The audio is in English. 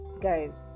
guys